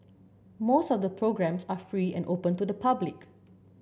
most of the programmes are free and open to the public